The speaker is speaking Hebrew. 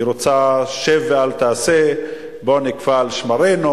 היא רוצה, שב ועל תעשה, בואו נקפא על שמרינו.